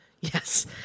Yes